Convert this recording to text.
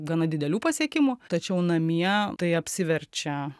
gana didelių pasiekimų tačiau namie tai apsiverčia